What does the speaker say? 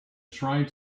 trying